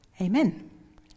Amen